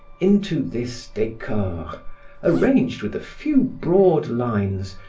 into this decor, arranged with a few broad lines,